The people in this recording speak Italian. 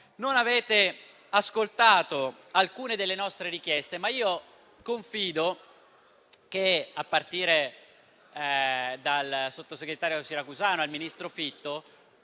Non avete ascoltato alcune delle nostre richieste, ma confido sia nel sottosegretario Siracusano sia nel ministro Fitto